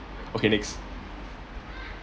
okay next